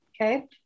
Okay